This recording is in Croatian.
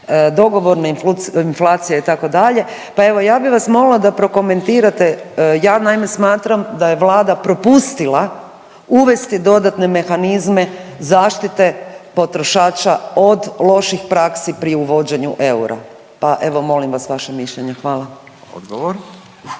dogovorna inflacija itd., pa evo ja bi vas molila da prokomentirate, ja naime smatram da je vlada propustila uvesti dodatne mehanizme zaštite potrošača od loših praksi pri uvođenju eura, pa evo molim vas vaše mišljenje, hvala. **Radin,